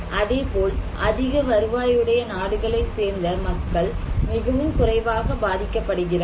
அதேபோல் அதிக வருவாய் உடைய நாடுகளை சேர்ந்த மக்கள் மிகவும் குறைவாக பாதிக்கப்படுகிறார்கள்